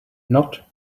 not